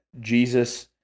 Jesus